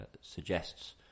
suggests